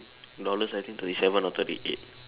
dollars I think thirty seven or thirty eight